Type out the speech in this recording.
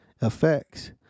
effects